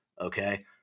Okay